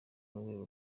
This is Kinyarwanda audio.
n’urwego